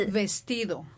vestido